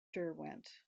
derwent